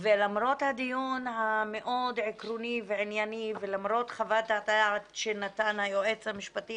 ולמרות הדיון המאוד עקרוני וענייני ולמרות חוות הדעת שנתן היועץ המשפטי